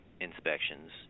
inspections